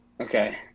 Okay